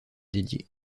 dédiés